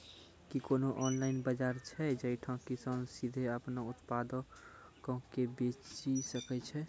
कि कोनो ऑनलाइन बजार छै जैठां किसान सीधे अपनो उत्पादो के बेची सकै छै?